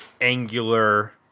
angular